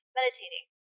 meditating